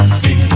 see